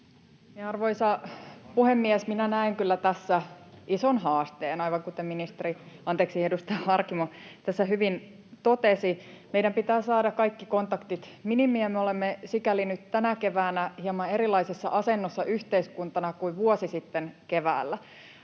Arvoisa puhemies! Minä näen kyllä tässä ison haasteen, aivan kuten edustaja Harkimo tässä hyvin totesi. Meidän pitää saada kaikki kontaktit minimiin, ja me olemme sikäli nyt tänä keväänä hieman erilaisessa asennossa yhteiskuntana kuin vuosi sitten keväällä.